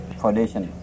foundation